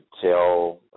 tell